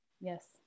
Yes